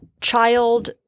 child